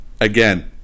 again